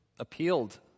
Appealed